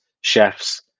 chefs